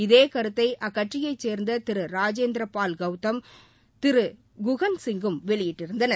இதே கருத்தை அக்கட்சியைச் சேர்ந்த திரு ராஜேந்திரபால் கௌதமும் திரு குகன்சிங்கம் வெளியிட்டிருந்தனர்